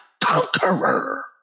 conqueror